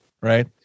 right